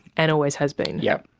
and always has been? yes.